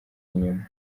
inyuma